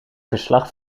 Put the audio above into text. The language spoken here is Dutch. verslag